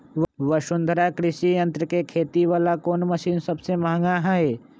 वसुंधरा कृषि यंत्र के खेती वाला कोन मशीन सबसे महंगा हई?